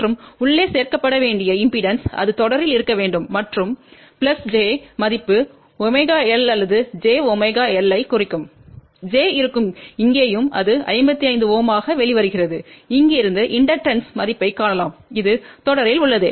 மற்றும் உள்ளே சேர்க்கப்பட வேண்டிய இம்பெடன்ஸ் அது தொடரில் இருக்க வேண்டும் மற்றும் j மதிப்பு ωL அல்லது jωL ஐ குறிக்கும் j இருக்கும் இங்கேயும் அது 55 Ω ஆக வெளிவருகிறது இங்கிருந்து இண்டக்டன்ஸ் மதிப்பைக் காணலாம் இது தொடரில் உள்ளது